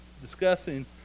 discussing